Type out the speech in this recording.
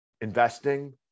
investing